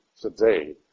today